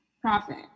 profit